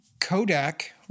Kodak